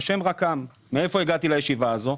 מאיפה הגעתי לישיבה הזאת?